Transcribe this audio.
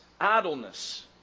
idleness